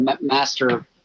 master